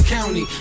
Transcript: County